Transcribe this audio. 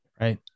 Right